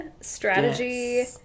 strategy